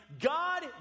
God